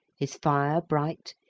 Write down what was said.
his fire bright,